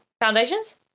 Foundations